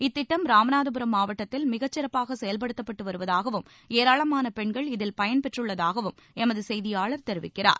இத்திட்டம் ராமநாதபுரம் மாவட்டத்தில் மிகச்சிறப்பாக செயல்படுத்தப்பட்டு வருவதாகவும் ஏராளமான பெண்கள் இதில் பயன் பெற்றுள்ளதாகவும் எமது செய்தியாளர் தெரிவிக்கிறார்